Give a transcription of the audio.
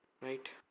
Right